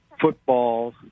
football